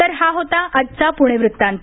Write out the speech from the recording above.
तर हा होता आजचा पुणे वृत्तांत